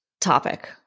topic